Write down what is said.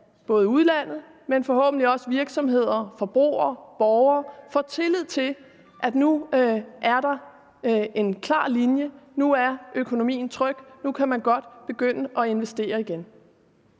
både udlandet og forhåbentlig også virksomheder, forbrugere og borgere får tillid til, at nu er der en klar linje, nu er økonomien tryg, og nu kan man godt begynde at investere igen.